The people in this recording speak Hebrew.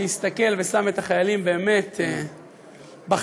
שהסתכל ושם את החיילים באמת בחזית,